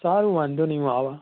સારું વાંધો નહીં હું આવીશ